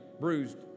bruised